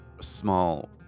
small